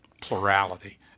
plurality